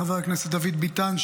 חבר הכנסת דוד ביטן,